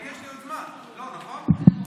לא, נכון?